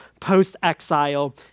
post-exile